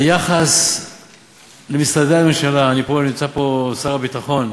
היחס למשרדי הממשלה, נמצא פה שר הביטחון,